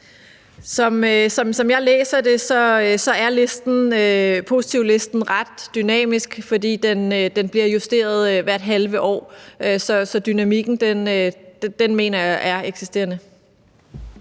Som jeg læser det, er positivlisten ret dynamisk, for den bliver justeret hvert halve år. Så dynamikken mener jeg er eksisterende.